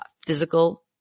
physical